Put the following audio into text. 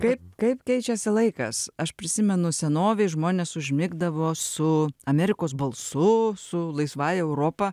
kaip kaip keičiasi laikas aš prisimenu senovėj žmonės užmigdavo su amerikos balsu su laisvąja europa